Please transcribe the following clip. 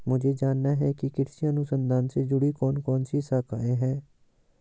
मुझे जानना है कि कृषि अनुसंधान से जुड़ी कौन कौन सी शाखाएं हैं?